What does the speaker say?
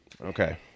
okay